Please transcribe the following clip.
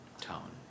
tone